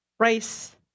race